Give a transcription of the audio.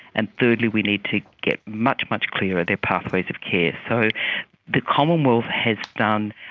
and thirdly we need to get much, much clearer their pathways of care. so the commonwealth has done,